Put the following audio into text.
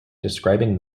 describing